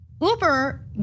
Uber